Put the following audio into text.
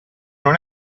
non